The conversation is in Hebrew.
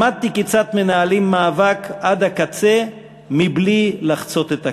למדתי כיצד מנהלים מאבק עד הקצה בלי לחצות את הקווים,